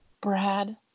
Brad